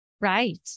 right